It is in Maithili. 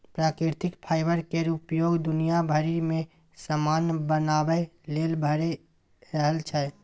प्राकृतिक फाईबर केर उपयोग दुनिया भरि मे समान बनाबे लेल भए रहल छै